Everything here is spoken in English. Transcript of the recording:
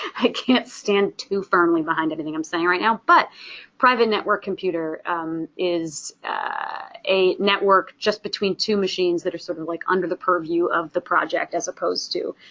i can't stand too firmly behind everything i'm saying right now, but private networked computer is a network just between two machines that are sort of like under the purview of the project as opposed to,